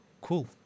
Cool